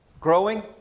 Growing